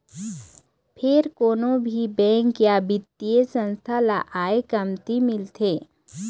फेर कोनो भी बेंक या बित्तीय संस्था ल आय कमती मिलथे